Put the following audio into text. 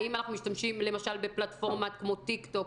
האם אנחנו משתמשים למשל בפלטפורמה כמו טיק טוק,